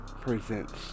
presents